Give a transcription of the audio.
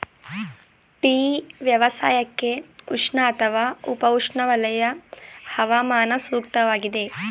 tea ವ್ಯವಸಾಯಕ್ಕೆ ಉಷ್ಣ ಅಥವಾ ಉಪ ಉಷ್ಣವಲಯ ಹವಾಮಾನ ಸೂಕ್ತವಾಗಿದೆ